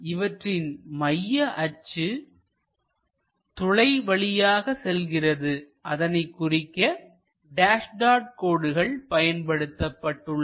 இவற்றின் மைய அச்சு துளை வழியாக செல்கிறது அதனைக் குறிக்க டேஸ் டாட் கோடுகள் பயன்படுத்தப்பட்டுள்ளன